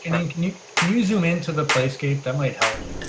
and and can you can use zoom into the place gate that might help.